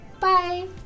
Bye